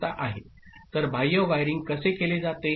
तर बाह्य वायरिंग कसे केले जाते